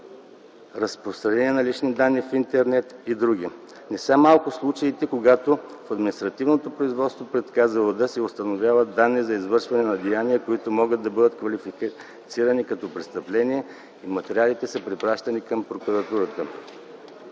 разпространение на лични данни в интернет и др. Не са малко случаите, когато в административното производство пред КЗЛД се установяват данни за извършване на деяния, които могат да бъдат квалифицирани като престъпление и материалите са препращани към прокуратурата.